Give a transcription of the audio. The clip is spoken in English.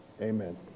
Amen